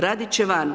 Radit će van.